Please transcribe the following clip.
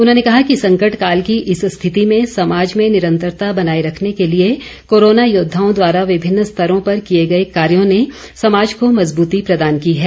उन्होंने कहा कि संकट काल की इस स्थिति में समाज में निरंतरता बनाए रखने के लिए कोरोना योद्वाओं द्वारा विभिन्न स्तरों पर किए गए कार्यों ने समाज को मजबूती प्रदान की है